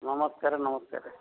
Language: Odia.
ନମସ୍କାର ନମସ୍କାର